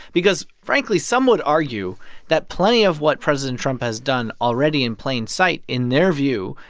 because frankly, some would argue that plenty of what president trump has done already in plain sight, in their view,